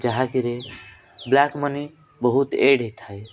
ଯାହାକିରେ black money ବହୁତ ଆଡ଼୍ ହେଇଥାଏ